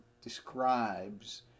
describes